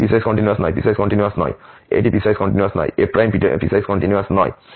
এটি piecewise continuous নয় piecewise continuous নয় এটি পিসওয়াইস কন্টিনিউয়াস নয় f পিসওয়াইস কন্টিনিউয়াস নয়